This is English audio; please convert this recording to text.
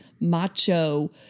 macho